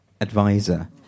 advisor